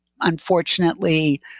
unfortunately